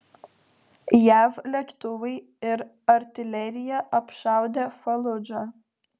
jav lėktuvai ir artilerija apšaudė faludžą